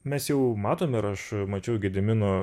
mes jau matome ir aš mačiau gedimino